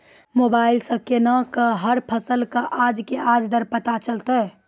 Mobile सऽ केना कऽ हर फसल कऽ आज के आज दर पता चलतै?